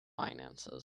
finances